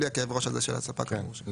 ללא כאב הראש של הספק המורשה.